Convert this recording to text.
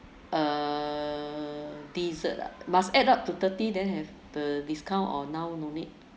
err dessert ah must add up to thirty then have the discount or now no need